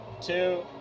two